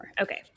Okay